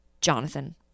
Jonathan